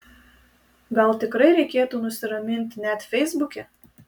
gal tikrai reikėtų nusiraminti net feisbuke